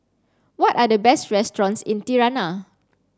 what are the best restaurants in Tirana